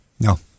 No